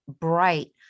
bright